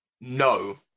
no